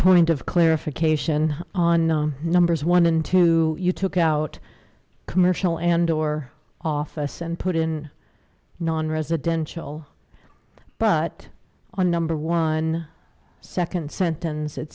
point of clarification on numbers one and two you took out commercial andor office and put in non residential but on number one second sentence